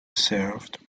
served